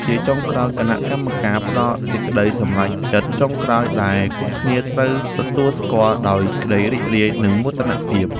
ជាចុងក្រោយ គណៈកម្មការផ្ដល់សេចក្ដីសម្រេចចិត្តចុងក្រោយដែលគ្រប់គ្នាត្រូវទទួលស្គាល់ដោយក្ដីរីករាយ និងមោទនភាព។